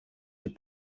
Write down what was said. die